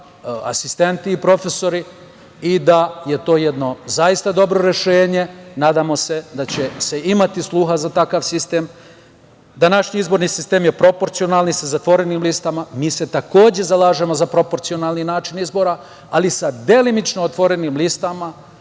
asistenti i profesori i da je to jedno zaista dobro rešenje. Nadamo se da će se imati sluha za takav sistem. Današnji izborni sistem je proporcionalni, sa zatvorenim listama. Mi se, takođe, zalažemo za proporcionalni način izbora, ali sa delimično otvorenim listama